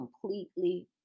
completely